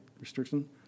restriction